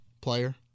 player